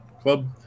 club